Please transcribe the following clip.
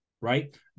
Right